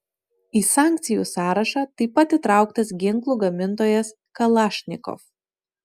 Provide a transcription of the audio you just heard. į sankcijų sąrašą taip pat įtrauktas ginklų gamintojas kalašnikov